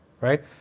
right